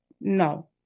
No